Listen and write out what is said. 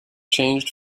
changed